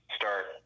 start